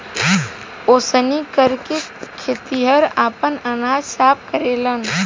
ओसौनी करके खेतिहर आपन अनाज साफ करेलेन